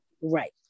Right